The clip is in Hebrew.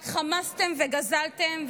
רק חמסתם וגזלתם,